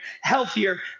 healthier